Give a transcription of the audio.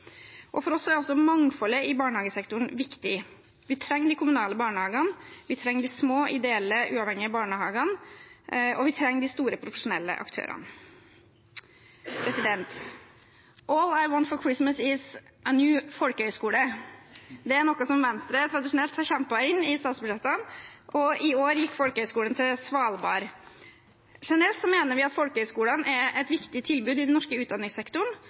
For oss er også mangfoldet i barnehagesektoren viktig. Vi trenger de kommunale barnehagene, vi trenger de små ideelle uavhengige barnehagene og vi trenger de store profesjonelle aktørene. «All I want for Christmas» er en ny folkehøyskole. Det er noe som Venstre tradisjonelt har kjempet inn i statsbudsjettene, og i år gikk folkehøyskolen til Svalbard. Generelt mener vi at folkehøyskolene er et viktig tilbud i den norske utdanningssektoren,